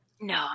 No